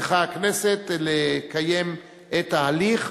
צריכה הכנסת לקיים את ההליך.